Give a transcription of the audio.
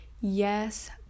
yes